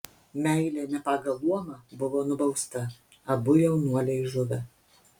meilė ne pagal luomą buvo nubausta abu jaunuoliai žuvę